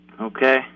Okay